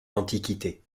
l’antiquité